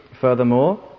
Furthermore